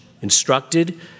instructed